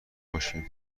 باشیم